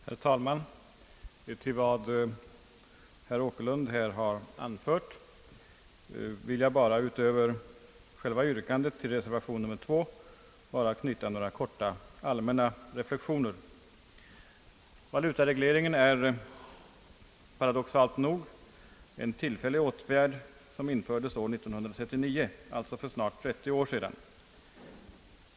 Herr talman! Till vad herr Åkerlund här anfört vill jag, utöver själva yrkandet om bifall till reservation 2, bara knyta några korta, allmänna reflexioner. Valutaregleringen är paradoxalt nog en tillfällig åtgärd som infördes år 1939 — alltså för snart 30 år sedan.